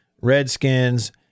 Redskins